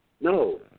No